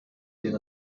den